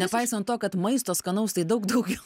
nepaisant to kad maisto skanaus tai daug daugiau